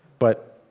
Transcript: but